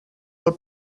del